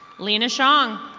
lina shong.